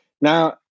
Now